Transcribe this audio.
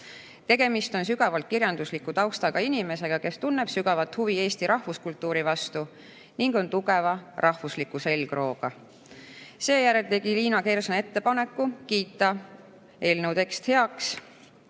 Tegemist on sügavalt kirjandusliku taustaga inimesega, kes tunneb sügavat huvi Eesti rahvuskultuuri vastu ning on tugeva rahvusliku selgrooga. Seejärel tegi Liina Kersna ettepaneku kiita heaks eelnõu tekst ja